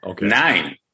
nine